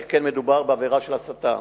שכן מדובר בעבירה של הסתה.